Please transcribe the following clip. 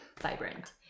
vibrant